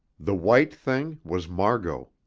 the white thing was margot.